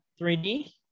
3D